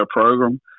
program